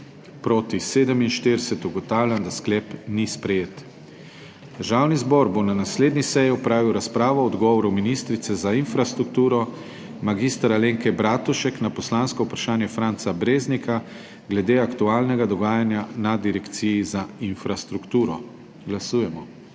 (Proti 47.) Ugotavljam, da sklep ni sprejet. Državni zbor bo na naslednji seji opravil razpravo o odgovoru ministrice za infrastrukturo mag. Alenke Bratušek na poslansko vprašanje Franca Breznika glede aktualnega dogajanja na Direkciji za infrastrukturo. Glasujemo.